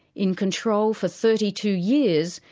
in control for thirty two years,